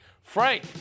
Frank